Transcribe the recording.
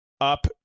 up